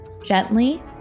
gently